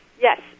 Yes